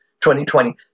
2020